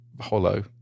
hollow